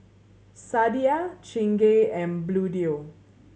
Sadia Chingay and Bluedio